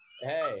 hey